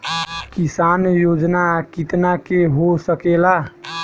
किसान योजना कितना के हो सकेला?